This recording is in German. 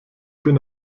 bin